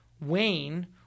wayne